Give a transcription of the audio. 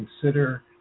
consider